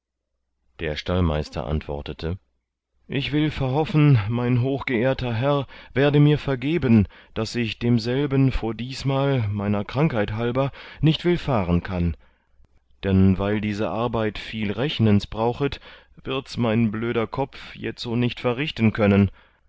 der stallmeister antwortete ich will verhoffen mein hochgeehrter herr werde mir vergeben daß ich demselben vor diesmal meiner krankheit halber nicht willfahren kann dann weil diese arbeit viel rechnens brauchet wirds mein blöder kopf jetzo nicht verrichten können